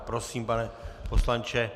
Prosím, pane poslanče.